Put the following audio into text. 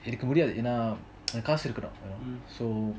இருக்க முடியாது என்ன அந்த காசு இருக்கனும்:iruka mudiyathu enna antha kaasu irukanum so